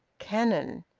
cannon!